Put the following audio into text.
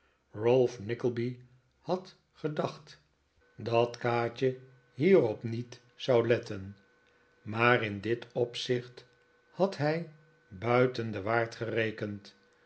ralph nickleby had gedacht dat kaatje hierop niet zou letten nikolaas nickleby maar in dit opzicht had hij buiten den waard gerekend